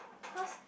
cause